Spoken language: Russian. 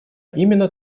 именно